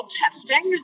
testing